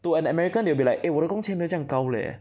to an American they'll be like eh 我的工钱没有这样高 leh